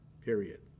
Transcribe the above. period